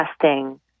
testing